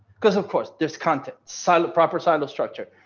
because of course there's content solid, proper silo structure,